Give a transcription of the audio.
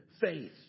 faith